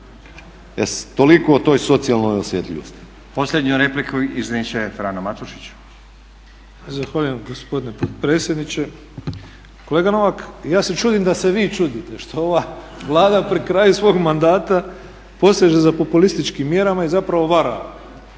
Toliko o toj socijalnoj osjetljivosti.